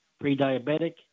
pre-diabetic